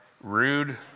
Rude